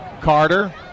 Carter